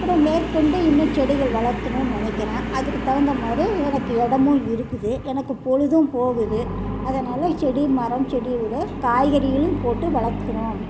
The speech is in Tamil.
அப்புறம் மேற்கொண்டு இன்னும் செடிகள் வளர்த்துணும்னு நினைக்கிறேன் அதுக்கு தகுந்தா மாதிரி எனக்கு இடமும் இருக்குது எனக்கு பொழுதும் போகுது அதனால் செடி மரம் செடியோட காய்கறிகளும் போட்டு வளர்த்துறோம்